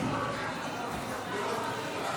מזמין את חבר הכנסת יצחק קרויזר להציג את החוק.